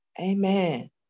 Amen